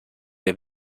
der